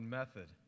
method